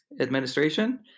administration